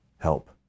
help